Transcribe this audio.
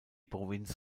provinz